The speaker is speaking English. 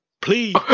Please